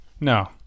No